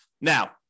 Now